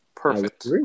Perfect